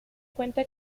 cuenta